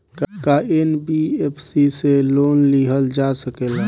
का एन.बी.एफ.सी से लोन लियल जा सकेला?